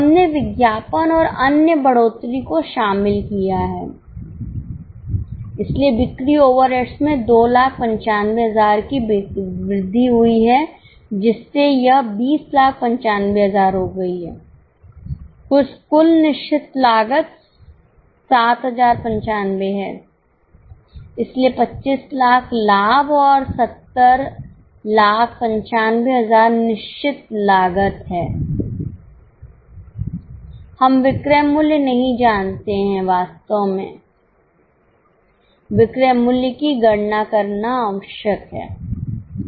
हमने विज्ञापन और अन्य बढ़ोत्तरी को शामिल किया है इसलिए बिक्री ओवरहेड्स में 295000 की वृद्धि हुई है जिससे यह 2095000 हो गई है कुल निश्चित लागत 7095 है इसलिए 2500000 लाभ और 7095000 निश्चित लागत है हम विक्रय मूल्य नहीं जानते हैं वास्तव में विक्रय मूल्य की गणना करना आवश्यक है